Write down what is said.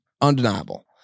undeniable